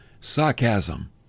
sarcasm